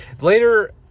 Later